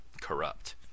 corrupt